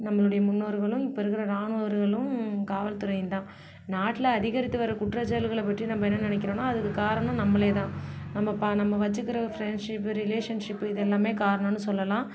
நம்மளுடைய முன்னோர்களும் இப்போ இருக்குகிற ராணுவர்களும் காவல்துறையும் தான் நாட்டில் அதிகரித்து வர குற்றச்செயல்களை பற்றி நம்ப என்ன நினைக்குரோன்னா அதுக்கு காரணம் நம்மளே தான் நம்ம ப நம்ம வச்சுக்குற ஃப்ரெண்ட்ஷிப் ரிலேஷன்ஷிப்பு இதெல்லாமே காரணம்னு சொல்லலாம்